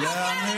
לא, ואתה מה?